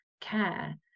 care